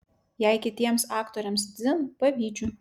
jei kitiems aktoriams dzin pavydžiu